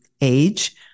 age